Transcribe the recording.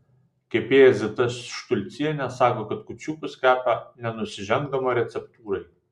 kepėja zita štulcienė sako kad kūčiukus kepa nenusižengdama receptūrai